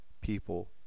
people